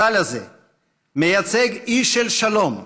הסל הזה מייצג אי של שלום,